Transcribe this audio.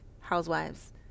housewives